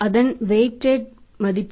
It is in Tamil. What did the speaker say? எனவே அதன் வைடிட் 3